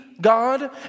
God